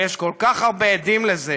ויש כל כך הרבה עדים לזה,